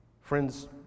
Friends